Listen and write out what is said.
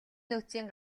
нөөцийн